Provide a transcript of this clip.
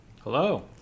Hello